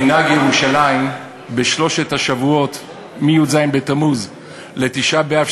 מנהג ירושלים בשלושת השבועות מי"ז בתמוז לתשעה באב,